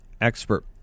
expert